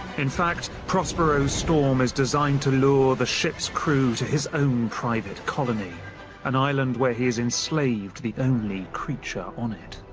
in fact, prospero's storm is designed to lure the ship's crew to his own private colony an island where he has enslaved the only creature on it.